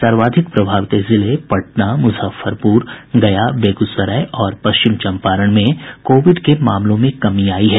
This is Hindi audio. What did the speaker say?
सर्वाधिक प्रभावित जिले पटना मुजफ्फरपुर गया बेगूसराय और पश्चिम चंपारण में कोविड के मामलों में कमी आई है